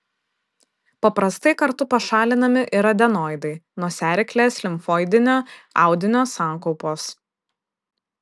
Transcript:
paprastai kartu pašalinami ir adenoidai nosiaryklės limfoidinio audinio sankaupos